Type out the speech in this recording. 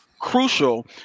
crucial